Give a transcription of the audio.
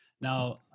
Now